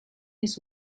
his